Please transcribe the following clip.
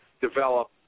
develop